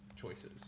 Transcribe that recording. choices